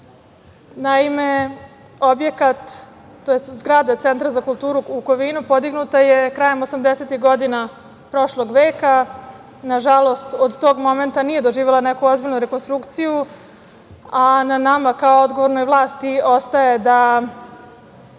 Naime, objekat, tj. zgrada Centra za kulturu u Kovinu podignuta je krajem 80-ih godina prošlog veka. Nažalost, od tog momenta nije doživela neku ozbiljnu rekonstrukciju, a na nama kao odgovornoj vlasti ostaje da